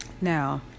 Now